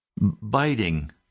biting